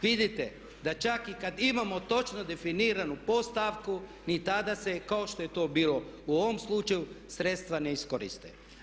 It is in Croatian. Vidite da čak i kad imamo točno definiranu podstavku ni tada se kao što je to bilo u ovom slučaju sredstva ne iskoriste.